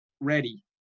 ready